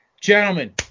Gentlemen